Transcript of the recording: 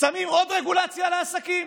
שמים עוד רגולציה על העסקים,